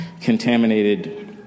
contaminated